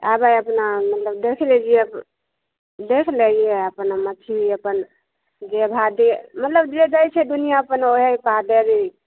आबै अपना मतलब देख लेलिए देख लै हिए अपना मछली अपन जे भा दे मतलब जे दै छै दुनिया अपन ओही हिसाब देब